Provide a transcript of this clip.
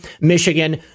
Michigan